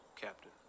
captain